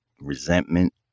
resentment